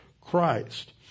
christ